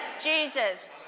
Jesus